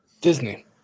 Disney